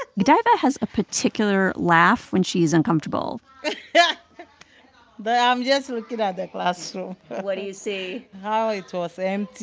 godaiva has a particular laugh when she's uncomfortable but yeah i'm um just looking at at the classroom what do you see? how it was empty